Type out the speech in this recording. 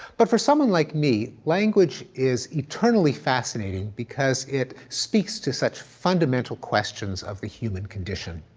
but for someone like me, language is eternally fascinating because it speaks to such fundamental questions of the human condition.